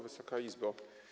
Wysoka Izbo!